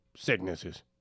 Sicknesses